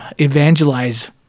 evangelize